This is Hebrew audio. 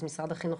אז משרד החינוך,